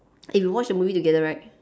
hey we watched the movie together right